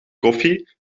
koffie